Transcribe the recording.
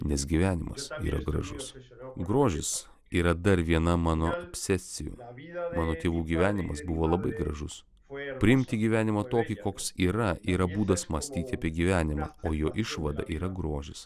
nes gyvenimas yra gražus grožis yra dar viena mano obsesijų mano tėvų gyvenimas buvo labai gražus priimti gyvenimą tokį koks yra yra būdas mąstyti apie gyvenimą o jo išvada yra grožis